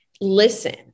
listen